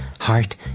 heart